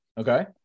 Okay